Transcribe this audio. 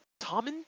Tommen